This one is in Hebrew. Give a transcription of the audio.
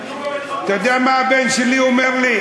אתה יודע מה הבן שלי אומר לי?